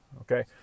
Okay